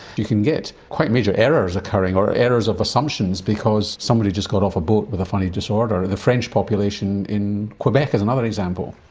you can get quite major errors occurring or errors of assumptions because somebody just got off a boat with funny disorder. and the french population in quebec is another example.